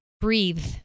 Breathe